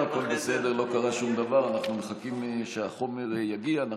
אם כך, שוב: חמישה בעד, אין מתנגדים ואין נמנעים.